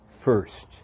first